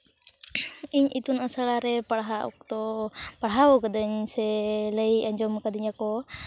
ᱤᱧ ᱤᱛᱩᱱ ᱟᱥᱲᱟ ᱨᱮ ᱯᱟᱲᱦᱟᱜ ᱚᱠᱛᱚ ᱯᱟᱲᱦᱟᱣ ᱟᱠᱟᱹᱫᱟᱹᱧ ᱥᱮ ᱞᱟᱹᱭ ᱟᱸᱡᱚᱢ ᱟᱠᱟᱹᱫᱤᱧᱟᱹ ᱟᱠᱚ